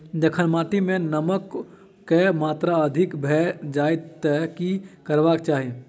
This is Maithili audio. जखन माटि मे नमक कऽ मात्रा अधिक भऽ जाय तऽ की करबाक चाहि?